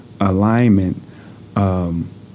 Alignment